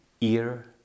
ear